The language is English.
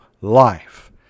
life